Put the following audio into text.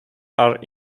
are